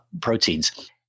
proteins